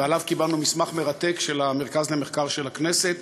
ועליו קיבלנו מסמך מרתק של מרכז המחקר והמידע של הכנסת,